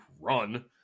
run